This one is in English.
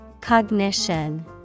Cognition